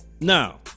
Now